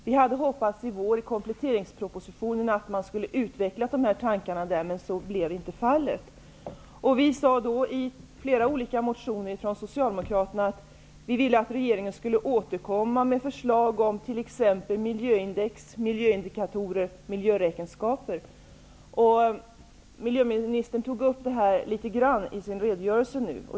Vi hade hoppats att regeringen skulle ha utvecklat dessa tankar i kompletteringspropositionen i våras, men så blev inte fallet. Vi socialdemokrater skrev då i olika motioner att vi ville att regeringen skulle återkomma med förslag om t.ex. miljöindex, miljöindikatorer och miljöräkenskaper. Miljöministern tog upp detta litet grand i sin redogörelse nu.